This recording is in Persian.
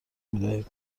میدهیم